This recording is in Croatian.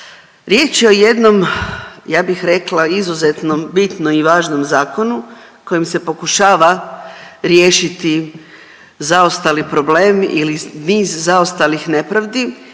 Riječ je o jednom ja bih rekla izuzetnom bitno i važnom zakonu kojim se pokušava riješiti zaostali problem ili niz zaostalih nepravdi